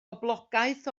boblogaeth